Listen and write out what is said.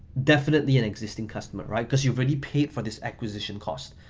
definitely an existing customer, right? cause you've already paid for this acquisition costs.